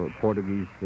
Portuguese